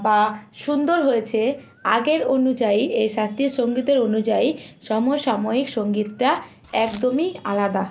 বা সুন্দর হয়েছে আগের অনুযায়ী এ শাস্ত্রীয় সঙ্গীতের অনুযায়ী সমসাময়িক সঙ্গীতটা একদমই আলাদা